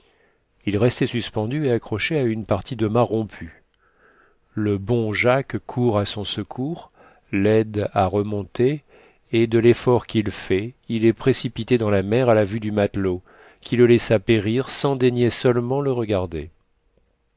il restait suspendu et accroché à une partie de mât rompu le bon jacques court à son secours l'aide à remonter et de l'effort qu'il fait il est précipité dans la mer à la vue du matelot qui le laissa périr sans daigner seulement le regarder